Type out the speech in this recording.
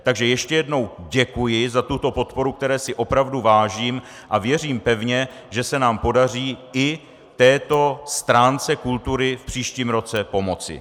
Takže ještě jednou děkuji za tuto podporu, které si opravdu vážím, a věřím pevně, že se nám podaří i této stránce kultury v příštím roce pomoci.